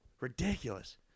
Ridiculous